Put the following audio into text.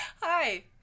Hi